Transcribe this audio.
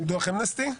דוח אמנסטי?